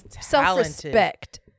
self-respect